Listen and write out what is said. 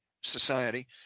Society